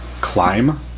climb